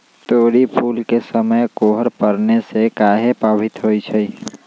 तोरी फुल के समय कोहर पड़ने से काहे पभवित होई छई?